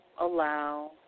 allow